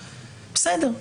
בסדר.